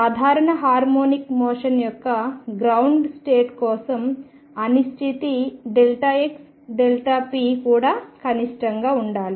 సాధారణ harmonic motion యొక్క ground state కోసం అనిశ్చితి xp కూడా కనిష్టంగా ఉండాలి